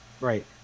Right